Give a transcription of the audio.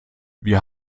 wir